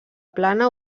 plana